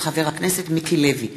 של חבר הכנסת מיקי לוי.